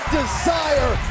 desire